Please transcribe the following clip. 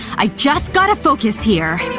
i just gotta focus here!